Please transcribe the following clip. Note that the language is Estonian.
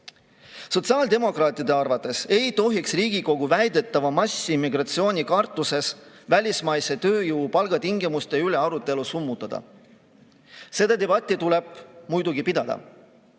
Sotsiaaldemokraatide arvates ei tohiks Riigikogu väidetava massiimmigratsiooni kartuses välismaise tööjõu palgatingimuste üle arutelu summutada. Seda debatti tuleb muidugi pidada.